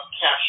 cash